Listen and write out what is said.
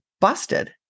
busted